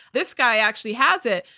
this guy actually has it.